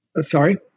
Sorry